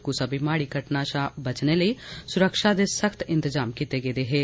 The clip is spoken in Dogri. कुसा बी माड़ी घटना शा बचने लेई सुरक्षा दे सख्त इंतजाम कीते गेदे हे